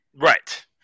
Right